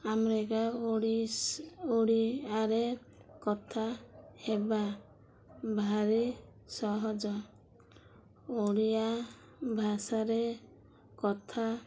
ଆମରିକା ଓଡ଼ିଶ ଓଡ଼ିଆରେ କଥା ହେବା ଭାରି ସହଜ ଓଡ଼ିଆ ଭାଷାରେ କଥା